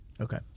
Okay